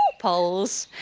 poles!